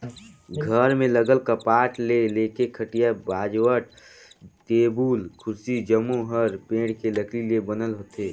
घर में लगल कपाट ले लेके खटिया, बाजवट, टेबुल, कुरसी जम्मो हर पेड़ के लकरी ले बनल होथे